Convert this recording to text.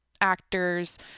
Actors